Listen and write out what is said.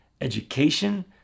Education